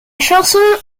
chanson